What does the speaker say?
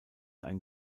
ein